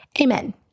Amen